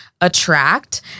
attract